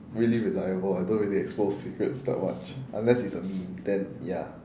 really reliable I don't really expose secrets that much unless it's a meme then ya